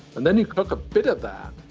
and then you took a bit of that,